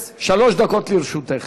שלוש דקות לרשותך.